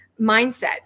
mindset